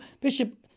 Bishop